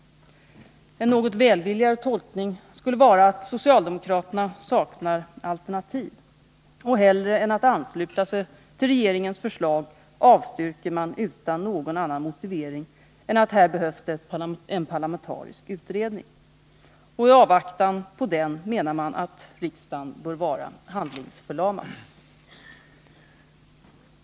En något välvilligare tolkning skulle vara att socialdemokraterna saknar alternativ och hellre än att ansluta sig till regeringens förslag avstyrker utan annan motivering än att det här behövs en parlamentarisk utredning. I avvaktan på den menar man att riksdagen bör vara handlingsförlamad.